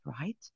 right